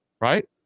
right